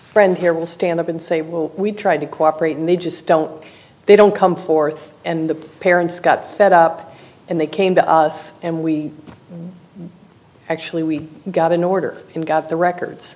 friend here will stand up and say well we tried to cooperate and they just don't they don't come forth and the parents got fed up and they came to us and we actually we got an order and got the records